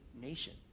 nation